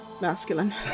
masculine